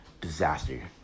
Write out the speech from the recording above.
disaster